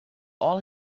all